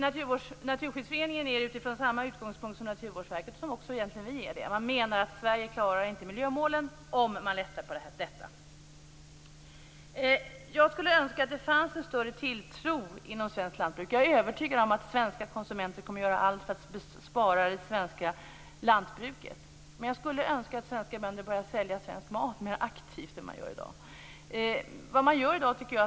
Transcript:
Naturskyddsföreningen menar, från samma utgångspunkt som Naturvårdsverket och egentligen även vi har, att Sverige inte klarar miljömålen om man lättar på detta. Jag skulle önska att det fanns en större tilltro inom svenskt lantbruk. Jag är övertygad om att svenska konsumenter kommer att göra allt för att spara det svenska lantbruket. Men jag skulle önska att svenska bönder börjar sälja svensk mat mer aktivt än vad de gör i dag.